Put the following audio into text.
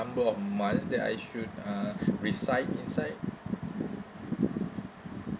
number of months that I should uh reside inside